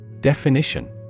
Definition